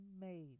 made